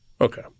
Okay